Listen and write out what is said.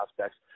aspects